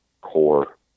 core